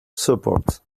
support